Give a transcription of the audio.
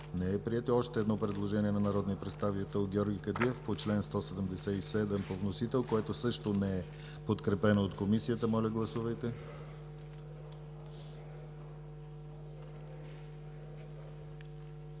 не е прието. Още едно предложение на народния представител Георги Кадиев по чл. 177 по вносител, което също не е подкрепено от Комисията. Моля, гласувайте.